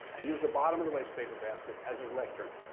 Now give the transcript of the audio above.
and use the bottom of the wastepaper basket as his lectern.